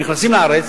הם נכנסים לארץ,